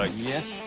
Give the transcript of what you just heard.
ah yes,